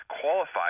qualified